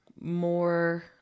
more